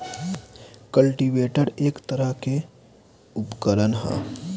cultivator एक तरह के उपकरण ह